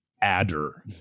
adder